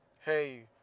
Hey